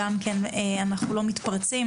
אנחנו לא מתפרצים,